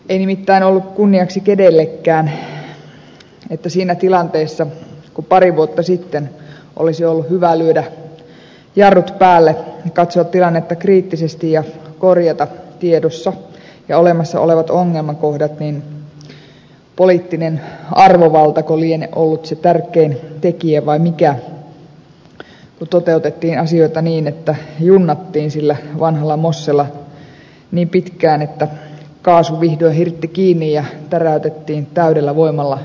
ei nimittäin ollut kunniaksi kenellekään että siinä tilanteessa kun pari vuotta sitten olisi ollut hyvä lyödä jarrut päälle ja katsoa tilannetta kriittisesti ja korjata tiedossa ja olemassa olevat ongelmakohdat niin poliittinen arvovaltako lienee ollut se tärkein tekijä vai mikä kun toteutettiin asioita niin että junnattiin sillä vanhalla mossella niin pitkään että kaasu vihdoin hirtti kiinni ja täräytettiin täydellä voimalla liiterin seinään